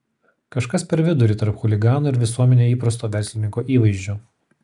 kažkas per vidurį tarp chuligano ir visuomenėje įprasto verslininko įvaizdžio